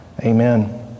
Amen